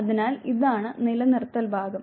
അതിനാൽ ഇതാണ് നിലനിർത്തൽ ഭാഗം